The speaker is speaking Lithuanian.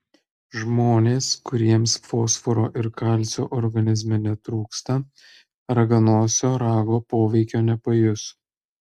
žmonės kuriems fosforo ir kalcio organizme netrūksta raganosio rago poveikio nepajus